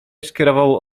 skierował